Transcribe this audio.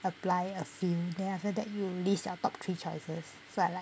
apply a few then after that you list your top three choices so I like